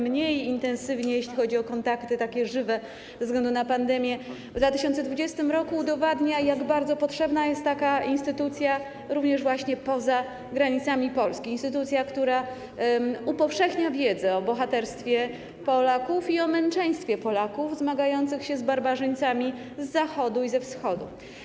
mniej intensywnie, jeśli chodzi o kontakty takie żywe, ze względu na pandemię, w 2020 r. - udowadnia, jak bardzo potrzebna jest taka instytucja również poza granicami Polski, instytucja, która upowszechnia wiedzę o bohaterstwie Polaków i o męczeństwie Polaków zmagających się z barbarzyńcami z Zachodu i ze Wschodu.